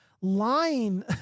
lying